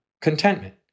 contentment